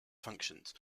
functions